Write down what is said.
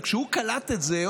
כשהוא קלט את זה,